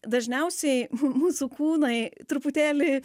dažniausiai mūsų kūnai truputėlį